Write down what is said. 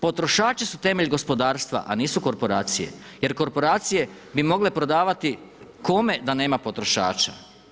Potrošači su temelj gospodarstva, a nisu korporacije jer korporacije bi mogle prodavati kome da nema potrošača.